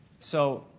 so,